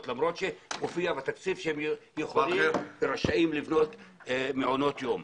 למרות שמופיע בתקציב שהם יכולים לבנות מעונות יום.